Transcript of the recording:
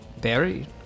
Barry